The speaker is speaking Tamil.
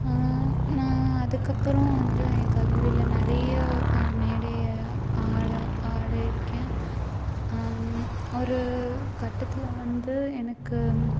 நான் அதுக்கப்புறம் வந்து என் கல்லூரியில் நிறைய ஒரு மேடை ஆட ஆடியிருக்கேன் ஒரு கட்டத்தில் வந்து எனக்கு